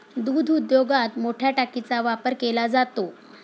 दूध उद्योगात मोठया टाकीचा वापर केला जातो